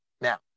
Now